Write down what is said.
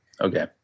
Okay